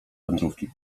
wędrówki